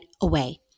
away